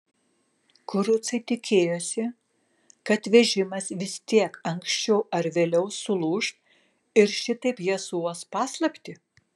kurucai tikėjosi kad vežimas vis tiek anksčiau ar vėliau sulūš ir šitaip jie suuos paslaptį